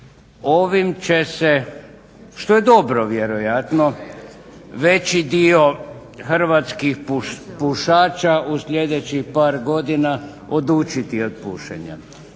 Ovim će se što je dobro vjerojatno veći dio hrvatskih pušača u sljedećih par godina odučiti od pušenja.